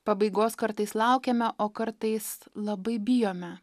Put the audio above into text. pabaigos kartais laukiame o kartais labai bijome